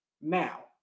Now